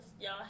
Y'all